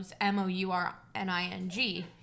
M-O-U-R-N-I-N-G